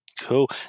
Cool